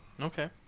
Okay